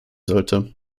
sollte